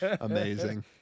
Amazing